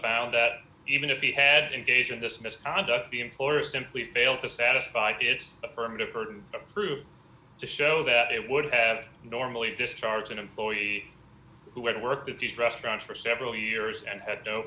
found that even if he had engaged in this misconduct the employer simply failed to satisfy its affirmative burden of proof to show that it would have normally discharged an employee who had worked at these restaurants for several years and had no